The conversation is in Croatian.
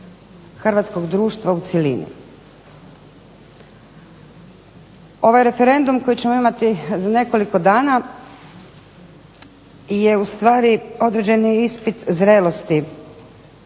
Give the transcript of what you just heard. hrvatskog društva u cjelini. Ovaj referendum koji ćemo imati za nekoliko dana je ustvari određeni ispit zrelosti